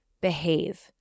behave